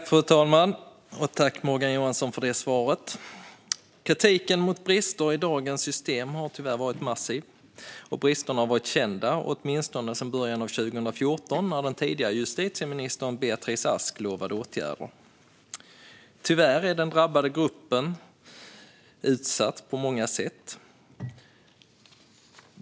Fru talman! Tack, Morgan Johansson, för svaret! Kritiken mot bristerna i dagens system har tyvärr varit massiv. De har varit kända åtminstone sedan i början av 2014, när den tidigare justitieministern Beatrice Ask lovade åtgärder. Tyvärr är den drabbade gruppen utsatt på många sätt.